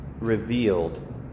revealed